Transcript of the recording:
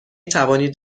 توانید